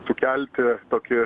sukelti tokį